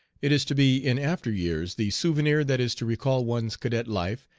it is to be in after years the souvenir that is to recall one's cadet life,